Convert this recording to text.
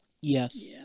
Yes